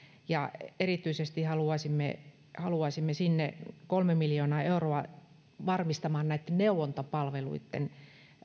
ja erityisesti haluaisimme haluaisimme sinne kolme miljoonaa euroa varmistamaan näitten neuvontapalveluitten